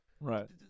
Right